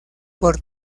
por